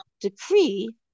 decree